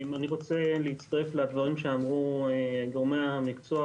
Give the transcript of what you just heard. אני רוצה להצטרף לדברים שאמרו גורמי המקצוע.